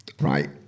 right